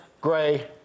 Gray